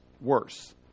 worse